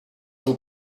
joue